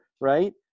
right